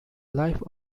life